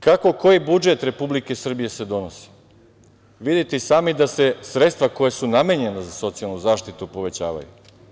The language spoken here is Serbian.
Kako koji budžet Republike Srbije se donosi vidite i sami da se sredstva koja su namenjena za socijalnu zaštitu povećavaju.